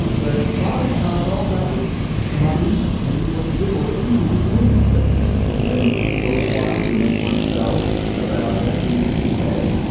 whereas body parts, all of that was smutty, maybe worth a giggle, but you could be named things if you've been listening for a little while. you remember my show about f u, s k.